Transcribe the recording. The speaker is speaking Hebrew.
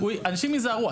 אנשים יזהרו.